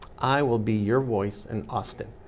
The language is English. i will be your voice in austin.